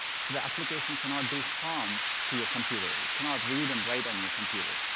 so the application cannot do harm to your computer, it cannot read and write on your computer.